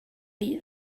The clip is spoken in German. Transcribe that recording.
die